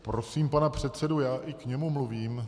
Prosím pana předsedu já i k němu mluvím...